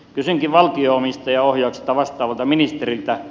kysynkin valtion omistajaohjauksesta vastaavalta ministeriltä